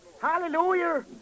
hallelujah